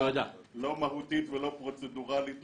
לא מהותית ולא פרוצדורלית,